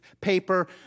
paper